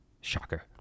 shocker